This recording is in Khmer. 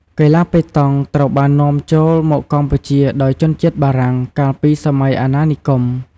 កីឡាប៉េតង់ត្រូវបាននាំចូលមកកម្ពុជាដោយជនជាតិបារាំងកាលពីសម័យអាណានិគម។